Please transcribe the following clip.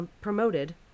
promoted